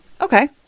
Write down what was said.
Okay